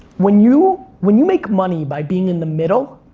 when you when you make money by being in the middle